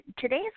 today's